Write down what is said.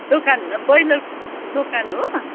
दोकान ब्रोइलर दोकान हो